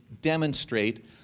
demonstrate